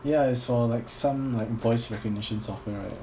ya I saw like some like voice recognition software right